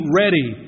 ready